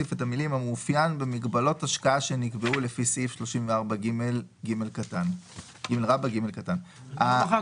המאופיין במגבלות השקעה שנקבעו לפי סעיף 34ג(ג); כל הכסף